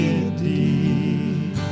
indeed